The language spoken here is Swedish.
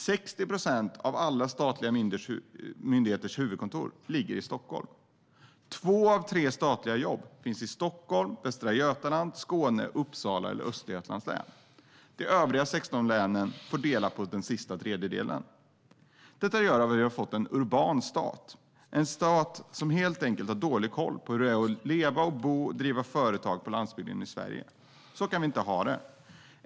60 procent av alla statliga myndigheters huvudkontor ligger i Stockholm. Två av tre statliga jobb finns i Stockholms, Västra Götalands, Skåne, Uppsala eller Östergötlands län. De övriga 16 länen får dela på den sista tredjedelen. Detta gör att vi har fått en urban stat. Det är en stat som helt enkelt har dålig koll på hur det är att leva, bo och driva företag på landsbygden i Sverige. Så kan vi inte ha det.